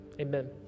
Amen